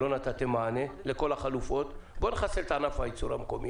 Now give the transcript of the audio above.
שלא נתתם מענה לכל החלופות בוא נחסל את ענף הייצור המקומי,